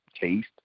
taste